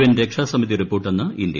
N രക്ഷാസമിതി റിപ്പോർട്ടെന്ന് India